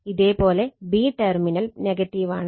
ഇതേ പോലെ b terminal നെഗറ്റീവാണ്